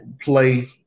play